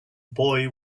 boy